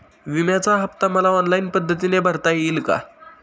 विम्याचा हफ्ता मला ऑनलाईन पद्धतीने भरता येईल का?